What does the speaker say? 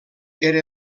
era